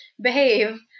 behave